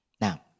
Now